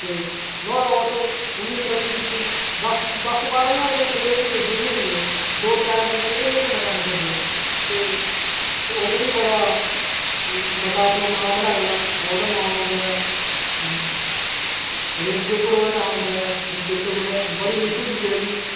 ते उस इ'न्नी तरक्की कीती दस बारहां ज्हार रपेऽ सेल ओह्दी रोजै दी होनी ऐ दो त्रैऽ बंदे जेह्ड़े ओह्दे कन्नै कम्म करदे ते उस बी बड़ा बड्डा अपना नांऽ बनाए दा ओह्दा नांऽ औंदा ऐ रेडियो पर ओह्दा नांऽ औंदा ऐ दिक्खेओ कुदै बड़ी मश्हूरी ऐ ओह्दी